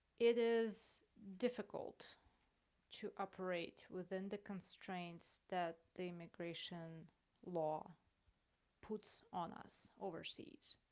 it is difficult to operate within the constraints that the immigration law puts on us overseas.